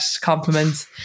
compliments